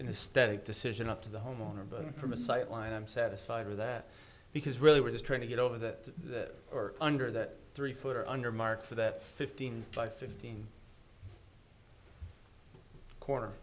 in a static decision up to the homeowner but from a sightline i'm satisfied with that because really we're just trying to get over that or under that three foot or under mark for that fifteen by fifteen corner